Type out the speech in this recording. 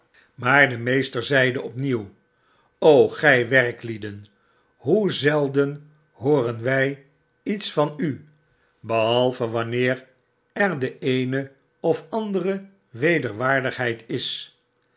maar de meester zeide opnieuw gij werklieden i hoe zelden hooren wij lets van u behalve wanneer er de eene of andere wederwaardigheid is